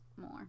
more